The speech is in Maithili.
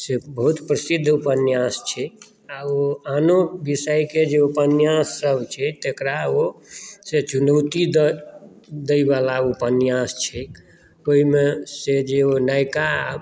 से बहुत प्रसिद्ध उपन्यास छै आ ओ आनो विषयकेँ जे उपन्यास सभ छै तकरा ओ से चुनौती दै वाला उपन्यास छै ओहिमे से जे ओ नयिका